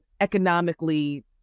economically